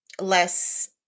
less